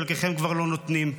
חלקכם כבר לא נותנים,